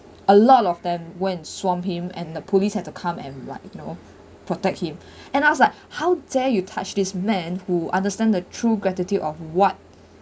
a lot of them went and swamp him and the police have to come and what you know protect him and I was like how dare you touched this men who understand the true gratitude of what